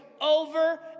over